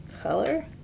color